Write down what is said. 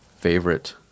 favorite